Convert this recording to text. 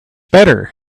better